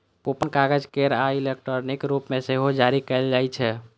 coupon कागज केर आ इलेक्ट्रॉनिक रूप मे सेहो जारी कैल जाइ छै